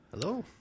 Hello